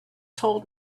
told